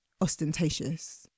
ostentatious